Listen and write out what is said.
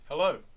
Hello